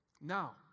Now